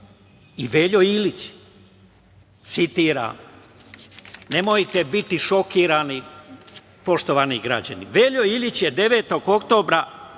I Veljo Ilić. Nemojte biti šokirani, poštovani građani, Veljo Ilić je 9. oktobra